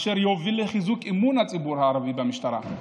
אשר יוביל לחיזוק אמון הציבור הערבי במשטרה.